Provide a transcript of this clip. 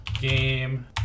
game